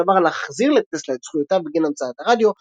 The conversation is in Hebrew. דבר להחזיר לטסלה את זכויותיו בגין המצאת הרדיו,